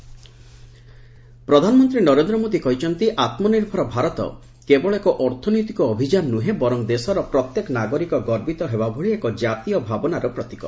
ମନ୍ କି ବାତ୍ ପ୍ରଧାନମନ୍ତ୍ରୀ ନରେନ୍ଦ୍ର ମୋଦୀ କହିଛନ୍ତି ଆତ୍ମନିର୍ଭର ଭାରତ କେବଳ ଏକ ଅର୍ଥନୈତିକ ଅଭିଯାନ ନୁହେଁ ବର୍ଚ ଦେଶର ପ୍ରତ୍ୟେକ ନାଗରିକ ଗର୍ବିତ ହେବା ଭଳି ଏକ ଜାତୀୟ ଭାବନାର ପ୍ରତୀକ